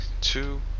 two